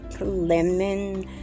lemon